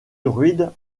druides